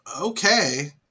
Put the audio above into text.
okay